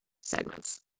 segments